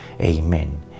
Amen